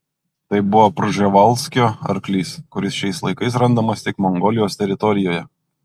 tai buvo prževalskio arklys kuris šiais laikais randamas tik mongolijos teritorijoje